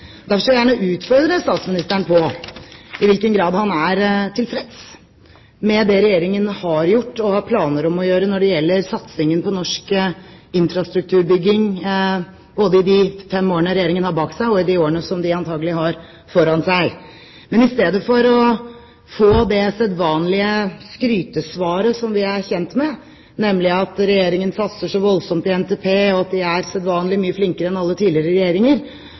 Derfor vil jeg gjerne utfordre statsministeren på i hvilken grad han er tilfreds med det Regjeringen har gjort og har planer om å gjøre, når det gjelder satsing på norsk infrastrukturbygging, både i de fem årene Regjeringen har bak seg, og i de årene som de antakelig har foran seg. Men i stedet for å få det sedvanlige skrytesvaret som vi er kjent med, nemlig at Regjeringen satser så voldsomt i NTP, at de er sedvanlig mye flinkere enn tidligere regjeringer,